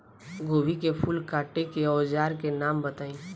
गोभी के फूल काटे के औज़ार के नाम बताई?